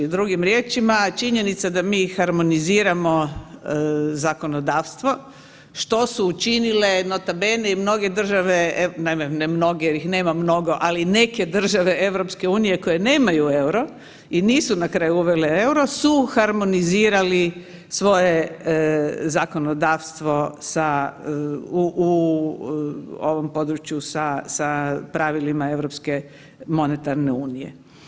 Drugim riječima činjenica da mi harmoniziramo zakonodavstvo što su učinile nota bene i mnoge države, naime ne mnoge jer ih nema mnogo, ali neke države EU koje nemaju EUR-o i nisu na kraju uvele EUR-o su harmonizirali svoje zakonodavstvo sa, u ovom području sa pravilima europske monetarne unije.